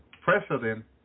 president